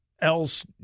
else